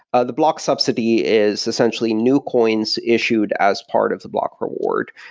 ah the block subsidy is essentially new coins issued as part of the block reward,